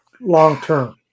long-term